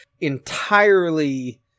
entirely